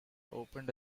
opened